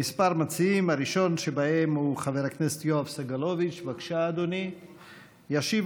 5 יואב סגלוביץ' (כחול לבן): 5 יעקב מרגי (ש"ס): 6